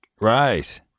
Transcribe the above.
Right